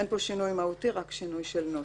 אין פה שינוי מהותי, רק שינוי של נוסח.